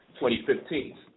2015